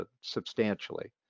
substantially